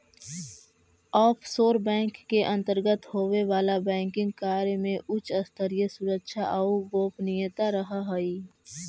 offshore bank के अंतर्गत होवे वाला बैंकिंग कार्य में उच्च स्तरीय सुरक्षा आउ गोपनीयता रहऽ हइ